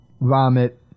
Vomit